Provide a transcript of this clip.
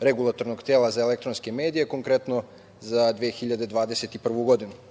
Regulatornog tela za elektronske medije, konkretno za 2021. godinu.